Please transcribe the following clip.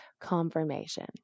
confirmation